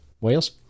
Wales